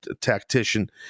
Tactician